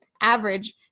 average